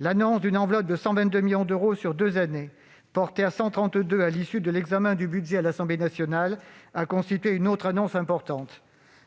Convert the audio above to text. L'annonce d'une enveloppe de 122 millions d'euros sur deux années, portée à 132 millions à l'issue de l'examen du budget à l'Assemblée nationale, a constitué une autre annonce importante.